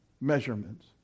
measurements